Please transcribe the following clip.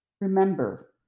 Remember